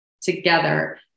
together